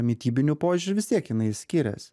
mitybiniu požiūriu vis tiek jinai skirias